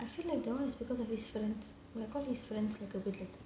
I feel like that [one] is because of his friends they've got friends that are a bit like that